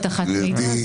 אבטחת מידע,